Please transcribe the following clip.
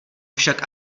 však